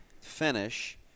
finish